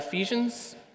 Ephesians